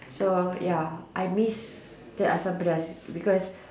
so ya I miss the Asam-pedas because